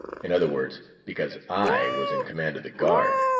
in other words, because i was in command of the guard.